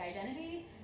identity